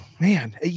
man